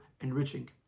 enriching